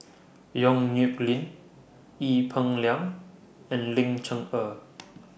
Yong Nyuk Lin Ee Peng Liang and Ling Cher Eng